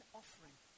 offering